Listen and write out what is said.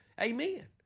Amen